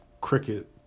cricket